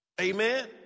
Amen